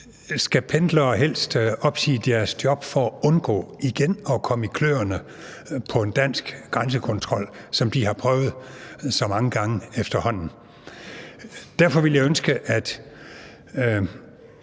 Skal pendlere helst opsige deres job for at undgå igen at komme i kløerne på en dansk grænsekontrol, som de har prøvet så mange gange efterhånden? Derfor ville jeg ønske, at